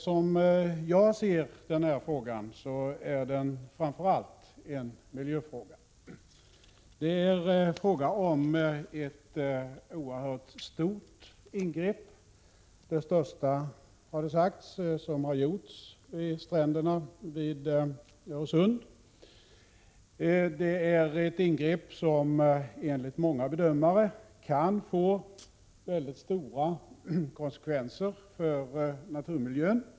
Som jag ser det är detta nämligen framför allt en miljöfråga. Det handlar här om ett oerhört stort ingrepp — det största som har gjorts i stränderna vid Öresund, har det sagts. Enligt många bedömare kan ingreppet få stora konsekvenser för naturmiljön.